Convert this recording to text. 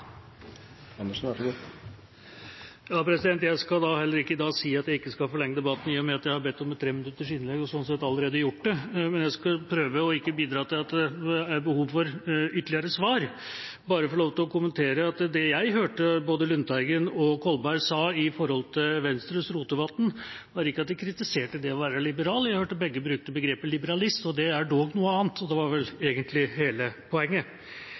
med at jeg har bedt om et treminuttersinnlegg og slik sett allerede har gjort det – men jeg skal prøve ikke å bidra til at det er behov for ytterligere svar. Jeg vil bare få lov til å kommentere det jeg hørte både Lundteigen og Kolberg sa i forhold til Venstres Rotevatn. De kritiserte ikke det å være liberal. Jeg hørte at begge brukte begrepet «liberalist», det er dog noe annet, og det var vel egentlig hele poenget.